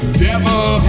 devil